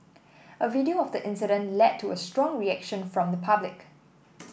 a video of the incident led to a strong reaction from the public